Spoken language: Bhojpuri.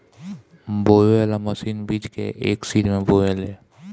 बोवे वाली मशीन बीज के एक सीध में बोवेले